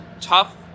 Tough